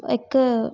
हिकु